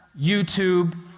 YouTube